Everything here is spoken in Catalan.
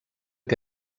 que